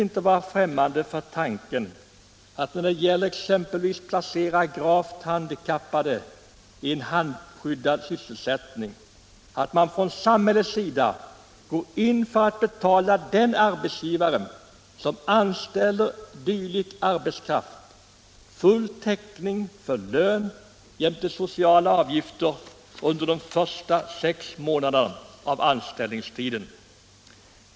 När det t.ex. gäller att placera gravt handikappade i halvskyddad sysselsättning är jag personligen inte främmande för tanken att samhället går in och ger den arbetsgivare som anställt sådan arbetskraft full täckning för lön och sociala avgifter under de första sex månaderna av anställningstiden.